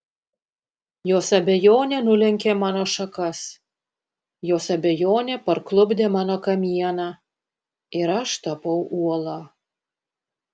jos abejonė nulenkė mano šakas jos abejonė parklupdė mano kamieną ir aš tapau uola